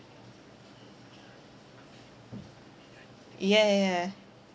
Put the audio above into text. ya ya ya